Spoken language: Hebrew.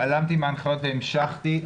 התעלמתי מן ההנחיות והמשכתי?